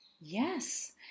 Yes